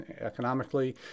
economically